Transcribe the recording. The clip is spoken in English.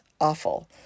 awful